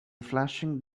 flashing